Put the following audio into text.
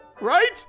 Right